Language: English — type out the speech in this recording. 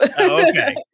okay